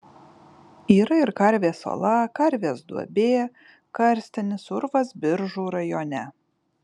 yra ir karvės ola karvės duobė karstinis urvas biržų rajone